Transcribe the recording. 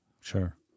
Sure